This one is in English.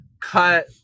cut